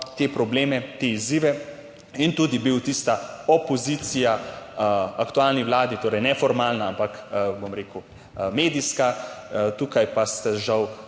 te probleme, te izzive in tudi bil tista opozicija aktualni vladi, torej neformalna, ampak, bom rekel, medijska, tukaj pa ste žal,